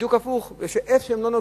בדיוק הפוך: איפה שלא נוגעים,